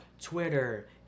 Twitter